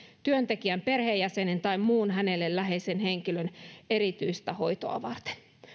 työntekijän perheenjäsenen tai muun hänelle läheisen henkilön erityistä hoitoa varten